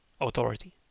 authority